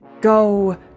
go